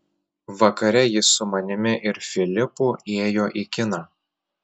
vakare jis su manimi ir filipu ėjo į kiną